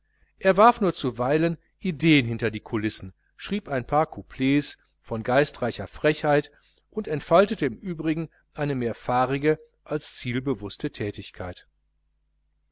er wars nur zuweilen ideen hinter die kulissen schrieb ein paar couplets von geistreicher frechheit und entfaltete im übrigen eine mehr fahrige als zielbewußte thätigkeit